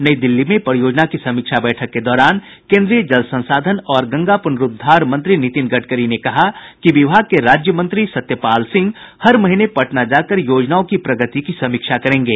नई दिल्ली में परियोजना की समीक्षा बैठक के दौरान कोन्द्रीय जल संसाधन और गंगा प्रनरूद्वार मंत्री नितिन गडकरी ने कहा कि विभाग के राज्य मंत्री सत्यपाल सिंह हर महीने पटना जा कर योजनाओं की प्रगति की समीक्षा करेंगे